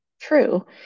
true